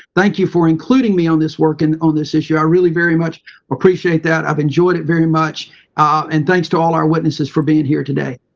thank you for including me on this work and on this issue. i really very much appreciate that. i've enjoyed it very much and thanks to all our witnesses for being here today.